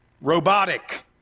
robotic